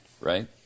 right